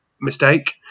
mistake